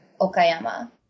Okayama